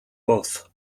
both